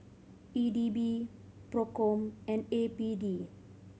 E D B Procom and A P D